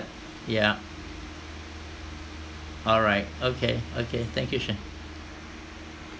yeah alright okay okay thank you sean